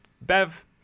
Bev